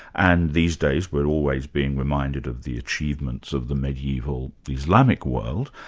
and these days we're always being reminded of the achievements of the mediaeval islamic world,